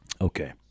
Okay